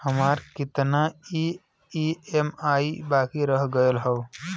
हमार कितना ई ई.एम.आई बाकी रह गइल हौ?